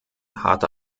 harte